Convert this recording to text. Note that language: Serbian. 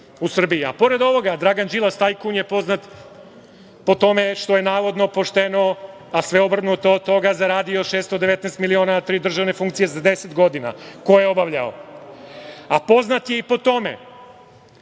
Srbiji. Pored ovoga Dragan Đilas tajkun je poznat po tome što je navodno pošteno, a sve obrnuto od toga, zaradio 619 miliona na tri države funkcije za deset godina koje je obavljao. Poznat je i po tome